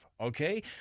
Okay